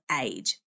age